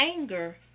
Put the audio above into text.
anger